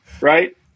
right